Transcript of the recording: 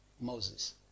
Moses